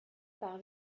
par